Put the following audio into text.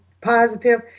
positive